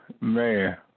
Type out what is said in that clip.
man